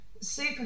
super